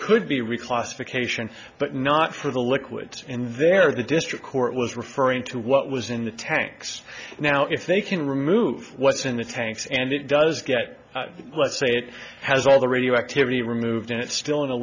reclassification but not for the liquid in there the district court was referring to what was in the tanks now if they can remove what's in the tanks and it does get let's say it has all the radioactivity removed and it's still in a